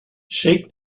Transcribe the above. shake